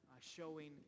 showing